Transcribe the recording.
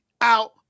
out